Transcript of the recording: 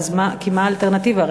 כי מה האלטרנטיבה?